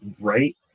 right